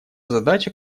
задача